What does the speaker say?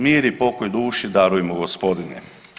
Mir i pokoj duši daruj mu Gospodine.